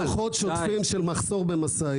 יש לנו דוחות שוטפים של מחסור במשאיות,